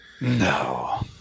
No